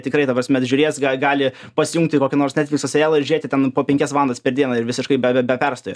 tikrai ta prasme žiūrės gal gali pasijungti kokį nors netflikso serialą ir žiūrėti ten po penkias valandas per dieną ir visiškai be be perstojo